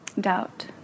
doubt